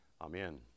amen